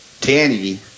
Danny –